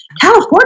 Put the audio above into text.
California